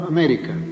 America